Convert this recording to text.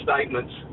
statements